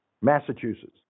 Massachusetts